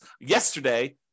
yesterday